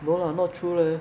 no lah not true leh